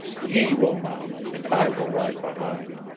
ye will mount, and i will ride behind.